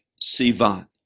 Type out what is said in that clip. Sivan